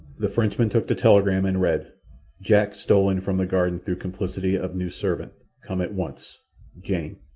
the frenchman took the telegram and read jack stolen from the garden through complicity of new servant. come at once jane.